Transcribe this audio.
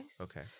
okay